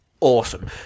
awesome